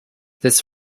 this